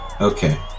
Okay